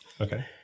Okay